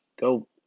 Go